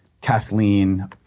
Kathleen